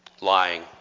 Lying